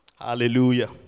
Hallelujah